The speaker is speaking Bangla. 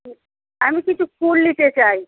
আমি কিছু ফুল নিতে চাই